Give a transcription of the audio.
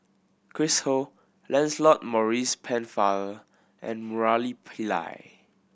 Chris Ho Lancelot Maurice Pennefather and Murali Pillai